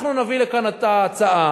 אנחנו נביא לכאן את ההצעה.